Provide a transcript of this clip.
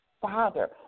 Father